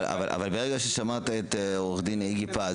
ברגע ששמעת את עורך דין איגי פז.